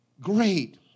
great